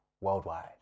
worldwide